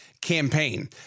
Campaign